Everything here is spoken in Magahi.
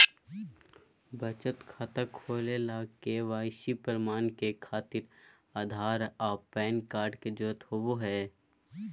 बचत खाता खोले ला के.वाइ.सी प्रमाण के खातिर आधार आ पैन कार्ड के जरुरत होबो हइ